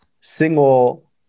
single